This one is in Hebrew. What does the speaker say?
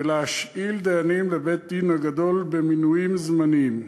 ולהשאיל דיינים לבית-הדין הגדול במינויים זמניים.